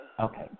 Okay